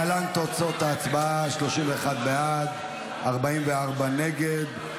להלן תוצאות ההצבעה: 31 בעד, 44 נגד.